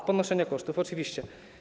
A, ponoszenie kosztów, oczywiście.